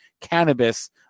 Cannabis